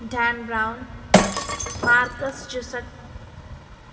Dan Brown Dan Brown జూసక్